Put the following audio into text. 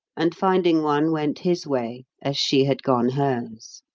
and finding one went his way as she had gone hers.